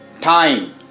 Time